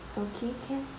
okay can